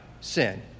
sin